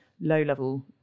low-level